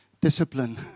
discipline